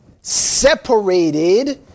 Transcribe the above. Separated